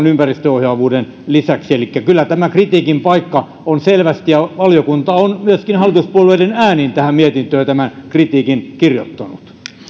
ympäristöohjaavuuden lisäksi kyllä tämä kritiikin paikka on selvästi ja valiokunta on myöskin hallituspuolueiden äänin tähän mietintöön tämän kritiikin kirjoittanut